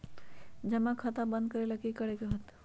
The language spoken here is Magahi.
जमा खाता बंद करे ला की करे के होएत?